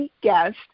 guest